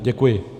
Děkuji.